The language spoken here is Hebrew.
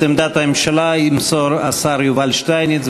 את עמדת הממשלה ימסור השר יובל שטייניץ.